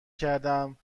کردهام